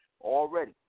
already